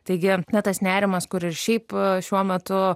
taigi na tas nerimas kur ir šiaip šiuo metu